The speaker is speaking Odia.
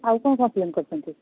ଆଉ କ'ଣ କମ୍ପ୍ଲେନ୍ କରିଛନ୍ତି